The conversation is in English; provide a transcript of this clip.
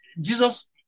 Jesus